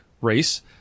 race